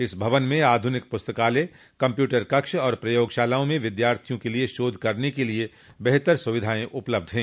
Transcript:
इस भवन में आधुनिक पुस्तकालय कंप्यूटर कक्ष और प्रयोगशालाओं में विद्यार्थियों के लिए शोध करने के लिए बेहतर सुविधाएं उपलब्ध हैं